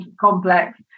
complex